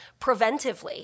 preventively